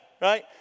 Right